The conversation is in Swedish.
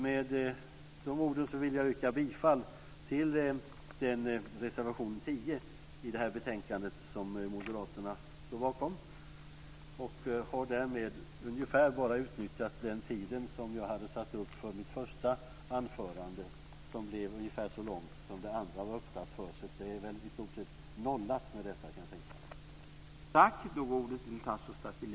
Med dessa ord vill jag yrka bilfall till den reservation, reservation 10, i det här betänkandet som Moderaterna står bakom. Därmed har jag ungefär bara utnyttjat den talartid som jag hade satt upp för mitt första anförande. Det i sin tur blev ungefär så långt som det andra var uppsatt för, så det är väl i stort sett nollat med detta, kan jag tänka mig.